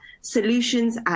solutions